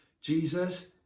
Jesus